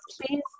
Please